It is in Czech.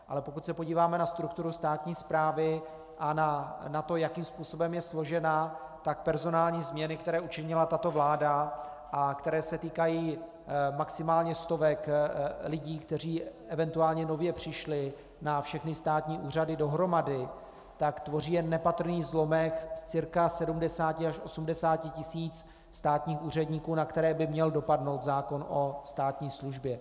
Ale pokud se podíváme na strukturu státní správy a na to, jakým způsobem je složena, tak personální změny, které učinila tato vláda a které se týkají maximálně stovek lidí, kteří eventuálně nově přišli na všechny státní úřad dohromady, tak tvoří jen nepatrný zlomek z cca 70 až 80 tisíc státních úředníků, na které by měl dopadnou zákon o státní službě.